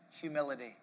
Humility